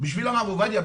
בשביל הרב עובדיה,